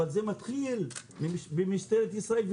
אבל זה מתחיל ממשטרת ישראל.